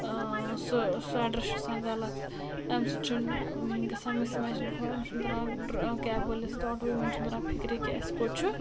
ٲں سُہ سُہ ایٚڈرَس چھُ آسان غلط اَمہِ سۭتۍ چھُنہٕ گژھان مِس میچن چھُنہٕ تَران کیب وٲلِس تہٕ آٹُو یِمَن چھُنہٕ تَران فِکریٚے کہِ اسہِ کوٚت چھُ